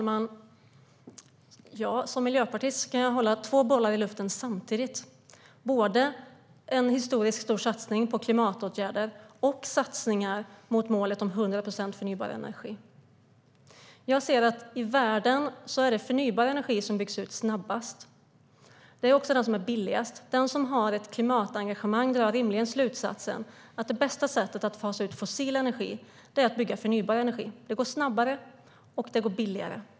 Herr talman! Som miljöpartist kan jag hålla två bollar i luften samtidigt, både en historiskt stor satsning på klimatåtgärder och satsningar på målet om 100 procent förnybar energi. Jag ser att det i världen är förnybar energi som byggs ut snabbast. Det är också den som är billigast. Den som har ett klimatengagemang drar rimligen slutsatsen att det bästa sättet att fasa ut fossil energi är att bygga förnybar energi. Det går snabbare och blir billigare.